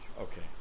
Okay